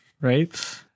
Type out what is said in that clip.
right